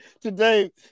today